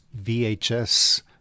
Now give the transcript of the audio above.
VHS